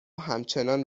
همچنان